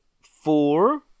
four